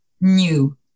new